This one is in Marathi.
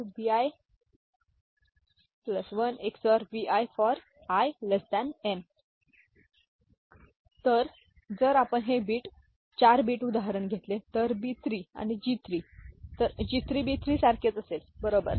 Gn Bn Gi Bi1 ⊕ Bi for i n तर जर आपण हे 4 बीट उदाहरण घेतले तर तरB3 आणिG3 तरG3B3 सारखेच असेल बरोबर